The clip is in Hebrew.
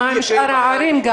מה עם שאר הערים?